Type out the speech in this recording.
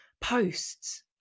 posts